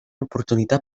oportunitat